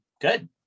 good